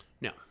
No